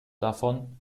davon